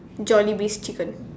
Jollibee's chicken